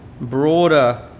broader